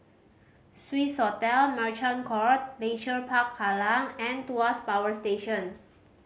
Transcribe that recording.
Swissotel Merchant Court Leisure Park Kallang and Tuas Power Station